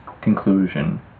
conclusion